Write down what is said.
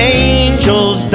angels